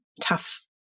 tough